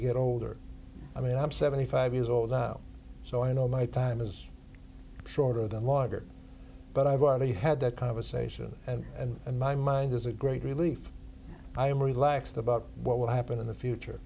get older i mean i'm seventy five years old so i know my time is shorter than longer but i've already had that conversation and in my mind there's a great relief i am relaxed about what will happen in the future